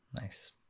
Nice